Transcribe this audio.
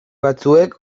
batzuek